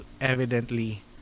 evidently